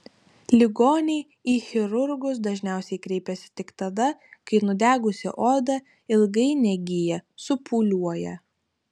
ligoniai į chirurgus dažniausiai kreipiasi tik tada kai nudegusi oda ilgai negyja supūliuoja